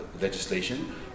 legislation